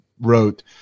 wrote